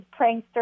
prankster